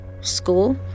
school